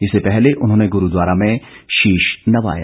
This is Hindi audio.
इससे पहले उन्होंने गुरुद्वारा में शीश नवाया